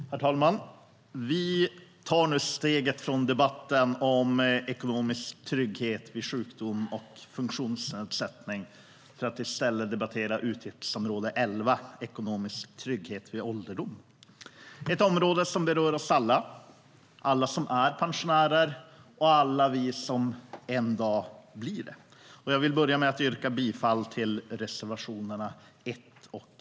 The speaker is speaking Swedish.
Herr talman! Vi har nu tagit steget från debatten om ekonomisk trygghet vid sjukdom och funktionsnedsättning för att i stället debattera utgiftsområde 11 Ekonomisk trygghet vid ålderdom. Det är ett område som berör oss alla - alla som är pensionärer och alla vi som en dag blir det - och jag vill börja med att yrka bifall till reservationerna 1 och 3.